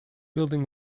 building